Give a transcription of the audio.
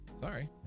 sorry